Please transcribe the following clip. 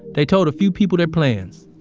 they told a few people their plans.